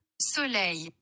Soleil